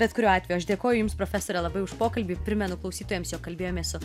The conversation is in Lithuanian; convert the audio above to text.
bet kuriuo atveju aš dėkoju jums profesore labai už pokalbį primenu klausytojams jog kalbėjomės su